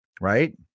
right